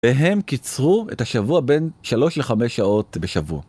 והם קיצרו את השבוע בין 3 ל-5 שעות בשבוע.